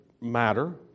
matter